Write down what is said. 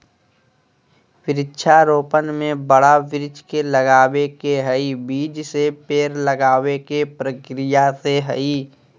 वृक्षा रोपण में बड़ा वृक्ष के लगावे के हई, बीज से पेड़ लगावे के प्रक्रिया से हई